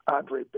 Andre